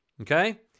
Okay